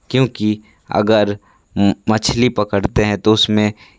क्योंकि अगर मछली पकड़ते हैं तो उसमें